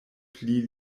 pli